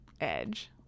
edge